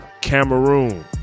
Cameroon